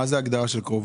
מה כוללת ההגדרה "קרובו"?